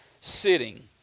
sitting